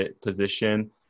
position